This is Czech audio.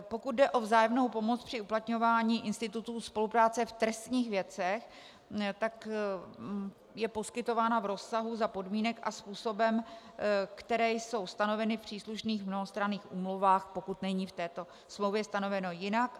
Pokud jde o vzájemnou pomoc při uplatňování institutu spolupráce v trestních věcech, tak je poskytována v rozsahu, za podmínek a způsobem, které jsou stanoveny v příslušných mnohostranných úmluvách, pokud není v této smlouvě stanoveno jinak.